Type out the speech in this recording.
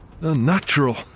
Unnatural